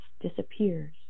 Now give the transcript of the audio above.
disappears